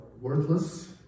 worthless